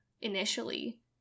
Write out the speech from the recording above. initially